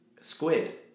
squid